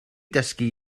dysgu